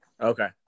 okay